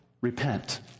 repent